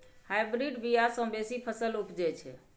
hybrid बीया सँ बेसी फसल उपजै छै